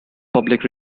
public